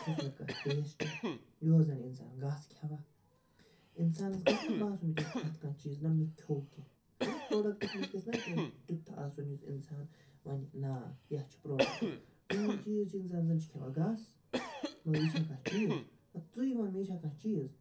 اَتھ اوس نہٕ کانٛہہ ٹیٚسٹے یہِ اوس زَن اِنسان گاسہٕ کھیٚوان اِنسانَس گَژھِ نا باسُن کیٚنٛہہ کھیٚتھ کانٛہہ چیٖز نہَ مےٚ کھیٚو کیٚنٛہہ مَطلَب پرٛوڈَکٹَس مَنٛز گَژھِ نا کیٚنٛہہ تیُتھ آسُن یُس اِنسان وَنہِ نا یہِ ہا چھُ پرٛوڈَکٹہٕ تُہُنٛد چیٖز اِنسان زَن چھُ کھیٚوان گاسہٕ گوٚو یہِ چھا کانٛہہ چیٖز ہا ژٕے وَن مےٚ یہِ چھا کانٛہہ چیٖز